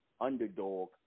underdog